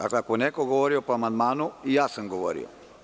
Ako je neko govorio po amandmanu, ja sam govorio.